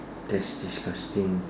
that's disgusting